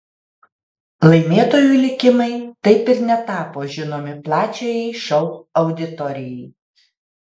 laimėtojų likimai taip ir netapo žinomi plačiajai šou auditorijai